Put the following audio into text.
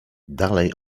dalej